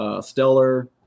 Stellar